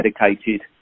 dedicated